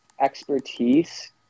expertise